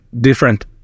different